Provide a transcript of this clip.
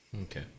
Okay